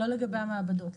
לא לגבי המעבדות.